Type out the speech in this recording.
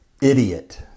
idiot